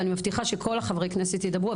אני מבטיחה שכל חברי הכנסת ידברו,